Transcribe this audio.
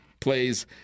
plays